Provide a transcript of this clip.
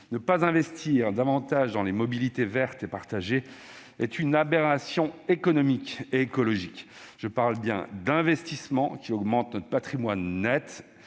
ne pas investir davantage dans les mobilités vertes et partagées est une aberration économique et écologique. Soyons clairs : je parle bien d'investissements qui augmentent notre patrimoine net,